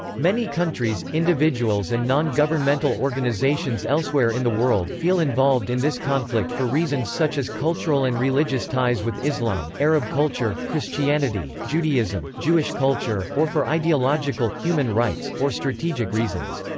many countries, countries, individuals and non-governmental organizations elsewhere in the world feel involved in this conflict for reasons such as cultural and religious ties with islam, arab culture, christianity, judaism, jewish culture, or for ideological, human rights, or strategic reasons.